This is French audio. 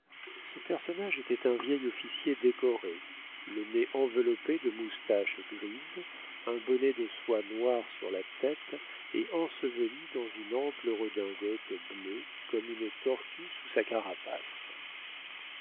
ce personnage était un vieil officier décoré le nez enveloppé de moustaches grises un bonnet de soie noire sur la tête et enseveli dans une ample redingote bleue comme une tortue sous sa carapace